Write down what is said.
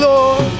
Lord